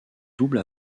double